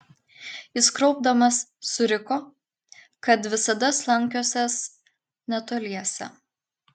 jis kraupdamas suriko kad visada slankiosiąs netoliese